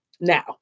now